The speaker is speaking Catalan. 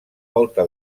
volta